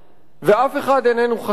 ואף אחד איננו חסין.